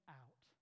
out